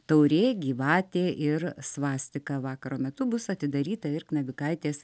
taurė gyvatė ir svastika vakaro metu bus atidaryta ir knabikaitės